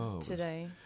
today